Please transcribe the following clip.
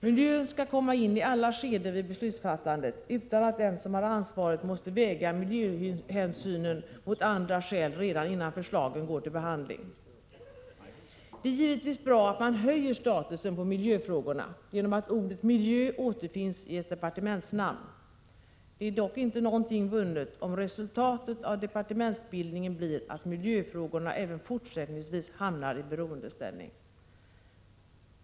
Miljön skall komma in i alla skeden vid beslutsfattandet utan att den som har ansvaret måste väga miljöhänsynen mot andra skäl redan innan förslagen går till behandling. Det är givetvis bra att man höjer statusen på miljöfrågorna genom att ordet miljö återfinns i ett departementsnamn. Det är dock inte någonting vunnet, om resultatet av departementsbildningen blir att miljöfrågorna även fortsättningsvis hamnar i beroendeställning.